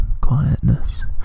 quietness